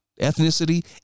ethnicity